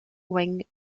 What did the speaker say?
wing